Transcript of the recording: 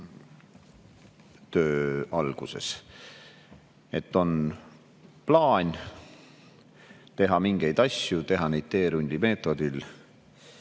töö alguses: on plaan teha mingeid asju, teha neid teerulli meetodil